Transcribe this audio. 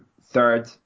third